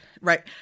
right